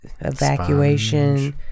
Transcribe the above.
evacuation